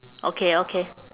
okay okay